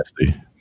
nasty